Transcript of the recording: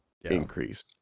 increase